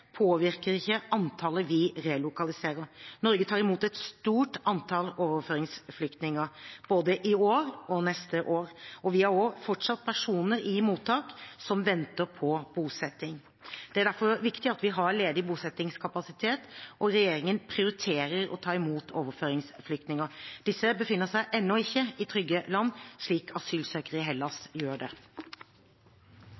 påvirker ikke antallet vi relokaliserer. Norge tar imot et stort antall overføringsflyktninger, både i år og neste år. Vi har også fortsatt personer i mottak som venter på bosetting. Det er derfor viktig at vi har ledig bosettingskapasitet. Regjeringen prioriterer å ta imot overføringsflyktninger. Disse befinner seg ennå ikke i trygge land, slik asylsøkere i Hellas gjør. Det blir replikkordskifte. Da komiteen skulle behandle Norges innsats for Hellas